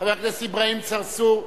חבר הכנסת אברהים צרצור,